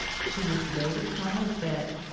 she was laid upon her bed.